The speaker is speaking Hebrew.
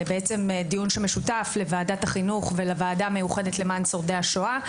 זהו דיון משותף לוועדת החינוך ולוועדה המיוחדת למען שורדי השואה.